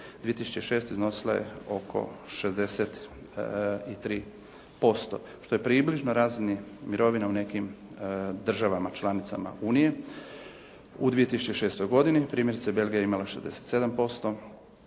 2006. iznosila je oko 63% što je približno razini mirovina u nekim državama članicama Unije. U 2006. godini primjerice Belgija je imala 67%,